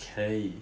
可以